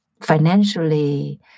financially